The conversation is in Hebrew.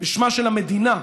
בשמה של המדינה,